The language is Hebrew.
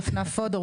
דפנה פודור,